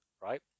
right